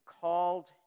called